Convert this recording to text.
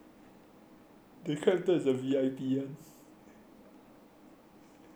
is the V_I_P ones